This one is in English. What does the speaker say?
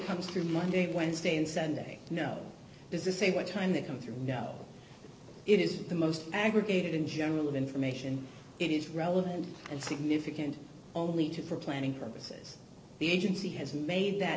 comes through monday wednesday and sunday no this is a one time that come through no it is the most aggregated in general of information it is relevant and significant only to for planning purposes the agency has made that